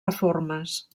reformes